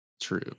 true